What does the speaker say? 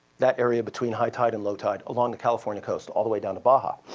that area between high tide and low tide, along the california coast all the way down to baja.